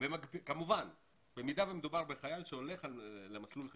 במידה ומדובר בחייל שהולך למסלול חרדי.